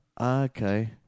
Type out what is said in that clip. okay